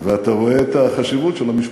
ואתה רואה את החשיבות של המשפחה.